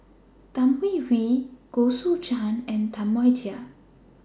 Tan Hwee Hwee Goh Choo San and Tam Wai Jia